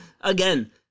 again